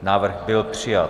Návrh byl přijat.